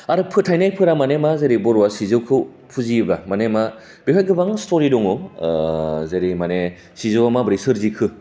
आरो फोथायनायफोरा माने मा जेरै बर'आ सिजौखौ फुजियोबा माने बेनि गोबां स्टरि दं जेरै माने सिजौआ माबोरै सोरजिखो